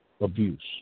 abuse